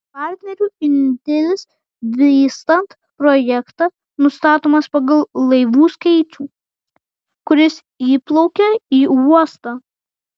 partnerių indėlis vystant projektą nustatomas pagal laivų skaičių kuris įplaukia į uostą